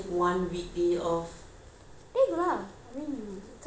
take lah I mean it's up to you what you want to do